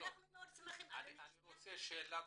אני מבקש לשאול אותך,